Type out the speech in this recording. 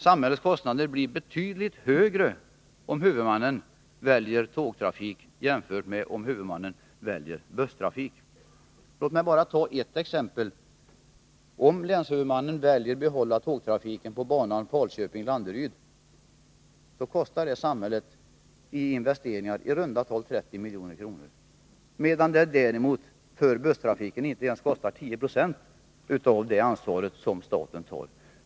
Samhällets kostnader blir nämligen betydligt högre, om huvudmannen väljer tågtrafik än om han väljer busstrafik. Låt mig bara ta ett exempel. Om länshuvudmannen väljer att behålla tågtrafiken Falköping-Landeryd, kostar det samhället i investeringar i runt tal 30 milj.kr., medan busstrafiken inte ens kostar 10 26 av den summa som motsvarar statens ansvar.